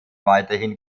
weiterhin